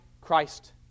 Christ